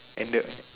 and the